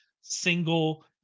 single